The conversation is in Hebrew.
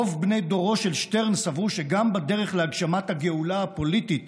רוב בני דורו של שטרן סברו שגם בדרך להגשמת הגאולה הפוליטית